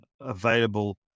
available